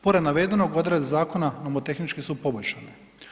Pored navedenog, odredbe zakona nomotehnički su poboljšane.